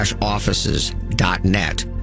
offices.net